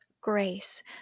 grace